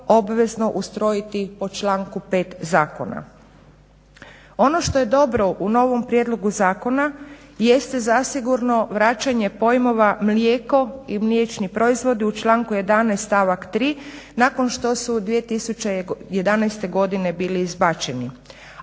obvezno ustrojiti po članku 5. Zakona. Ono što je dobro u novom prijedlogu zakona jeste zasigurno vraćanje pojmova mlijeko i mliječni proizvodi u članku 11. stavak 3. nakon što su 2011. godine bili izbačeni,